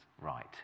right